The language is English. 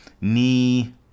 knee